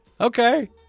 Okay